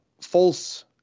false